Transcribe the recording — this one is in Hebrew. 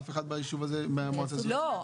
אף אחד מהמועצה האזורית --- עכשיו,